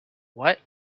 what